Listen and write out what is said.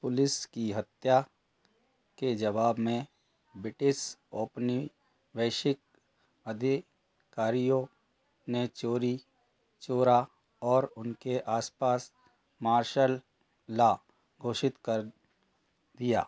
police की हत्या के जवाब में ब्रिटिश औपनि वैशिक अधिकारियों ने चौरी चौरा और उसके आसपास मार्शल ला घोषित कर दिया